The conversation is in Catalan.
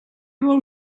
vol